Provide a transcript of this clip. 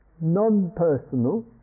non-personal